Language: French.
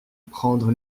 prendre